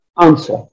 answer